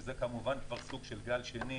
שזה כמובן כבר סוג של גל שני,